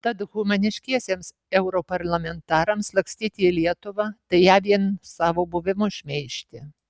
tad humaniškiesiems europarlamentarams lakstyti į lietuvą tai ją vien savo buvimu šmeižti